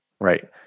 Right